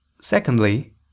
Secondly